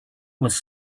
was